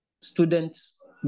students